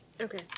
Okay